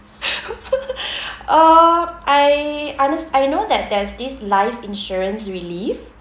uh I unders~ I know that there's this life insurance relief